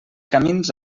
camins